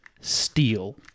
Steal